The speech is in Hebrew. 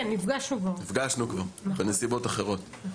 נפגשנו כבר בנסיבות אחרות.